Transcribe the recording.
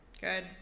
Good